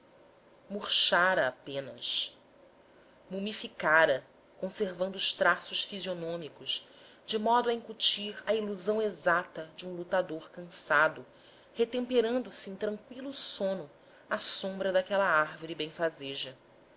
murchara apenas mumificara conservando os traços fisionômicos de modo a incutir a ilusão exata de um lutador cansado retemperando se em tranqüilo sono à sombra daquela árvore benfazeja nem